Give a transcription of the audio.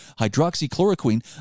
hydroxychloroquine